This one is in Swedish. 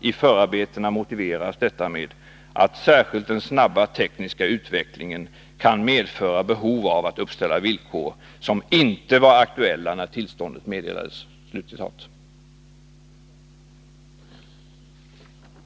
I förarbetena motiveras detta med att särskilt den snabba tekniska utvecklingen kan medföra behov av att uppställa villkor som inte var aktuella när tillståndet meddelades.